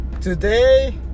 today